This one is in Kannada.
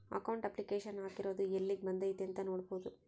ಅಕೌಂಟ್ ಅಪ್ಲಿಕೇಶನ್ ಹಾಕಿರೊದು ಯೆಲ್ಲಿಗ್ ಬಂದೈತೀ ಅಂತ ನೋಡ್ಬೊದು